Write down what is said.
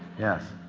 yes.